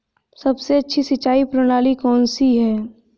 सबसे अच्छी सिंचाई प्रणाली कौन सी है?